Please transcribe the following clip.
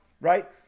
right